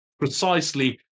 precisely